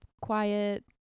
quiet